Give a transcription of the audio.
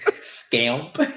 Scamp